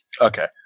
Okay